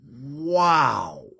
wow